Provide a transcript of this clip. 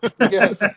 Yes